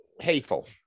Hateful